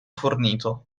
fornito